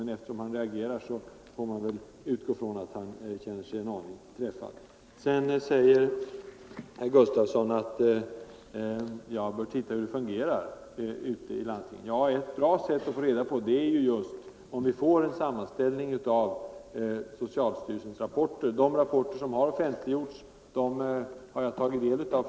Men eftersom han reagerar så får man väl utgå från att han känner sig en 91 Sedan säger herr Gustavsson att jag bör titta på hur det fungerar ute i landstingen. Ja, ett bra sätt att få reda på det är just om vi får en sammanställning av socialstyrelsens rapporter. En del av de rapporter som offentliggjorts har jag tagit del av.